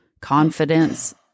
Confidence